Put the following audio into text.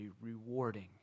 rewarding